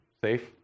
Safe